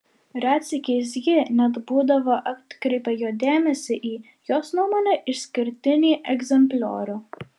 retsykiais ji net būdavo atkreipia jo dėmesį į jos nuomone išskirtinį egzempliorių